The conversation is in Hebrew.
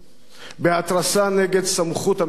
בהתרסה נגד סמכות המדינה,